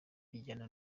bijyana